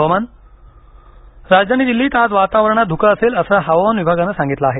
हवामान राजधानी दिल्लीत आज वातावरणात धुक असेल असं हवामान विभागानं सांगितलं आहे